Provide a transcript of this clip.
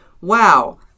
wow